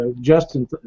Justin